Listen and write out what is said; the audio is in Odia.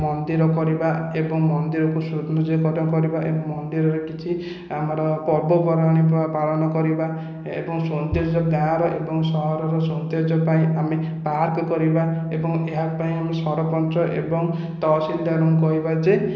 ମନ୍ଦିର କରିବା ଏବଂ ମନ୍ଦିରକୁ ସୌନ୍ଦର୍ଯ୍ୟକରଣ କରିବା ଏବଂ ମନ୍ଦିରର କିଛି ଆମର ପର୍ବପର୍ବାଣି ପାଳନ କରିବା ଏବଂ ସୌନ୍ଦର୍ଯ୍ୟ ଗାଁ'ର ଏବଂ ସହରର ସୌନ୍ଦର୍ଯ୍ୟ ପାଇଁ ଆମେ ପାର୍କ କରିବା ଏବଂ ଏହା ପାଇଁ ସରପଞ୍ଚ ଏବଂ ତହସିଲ୍ଦାରଙ୍କୁ କହିବା ଯେ